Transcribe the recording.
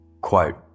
Quote